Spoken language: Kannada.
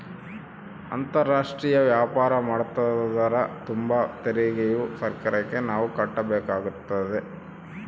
ಅಂತಾರಾಷ್ಟ್ರೀಯ ವ್ಯಾಪಾರ ಮಾಡ್ತದರ ತುಂಬ ತೆರಿಗೆಯು ಸರ್ಕಾರಕ್ಕೆ ನಾವು ಕಟ್ಟಬೇಕಾಗುತ್ತದೆ